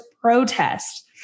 Protest